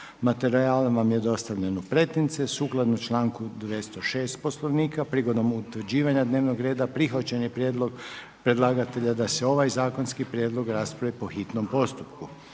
stranici Hrvatskog sabora. Sukladno članku 206. Poslovnika prigodom utvrđivanja dnevnog reda prihvaćen je prijedlog predlagatelja da se ovaj zakonski prijedlog raspravio po hitnom postupku.